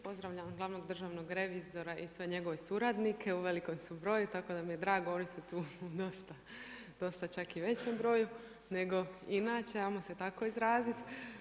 Pozdravljam glavnog državnog revizora i sve njegove suradnike, u velikom su broju tako da mi je drago, oni su tu dosta čak i u većem broju nego inače hajmo se tako izraziti.